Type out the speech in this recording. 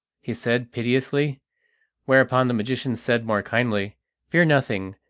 he said piteously whereupon the magician said more kindly fear nothing,